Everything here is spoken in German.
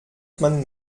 man